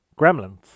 gremlins